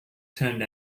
turned